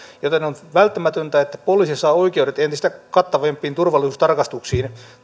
joten on välttämätöntä että poliisi saa oikeudet entistä kattavimpiin turvallisuustarkastuksiin